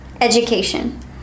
education